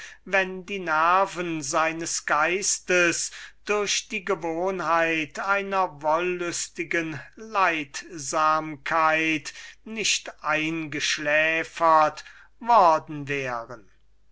wenn die nerven seines geistes durch die gewohnheit einer wollüstigen passivität nicht eingeschläfert worden wären